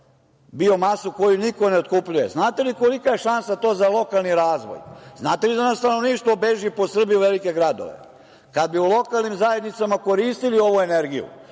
biomasu koju niko ne otkupljuje… Znate li kolika je šansa to za lokalni razvoj? Znate li da nam stanovništvo beži po Srbiji u velike gradove? Kada bi u lokalnim zajednicama koristili ovu energiju,